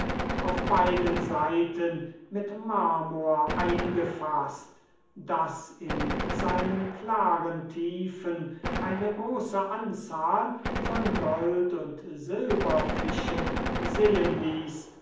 auf beiden seiten mit marmor eingefaßt das in seinen klaren tiefen eine große anzahl von gold und silberfischen sehen ließ